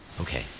Okay